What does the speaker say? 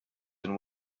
and